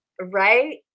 Right